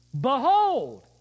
Behold